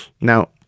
Now